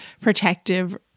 protective